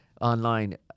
online